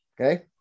Okay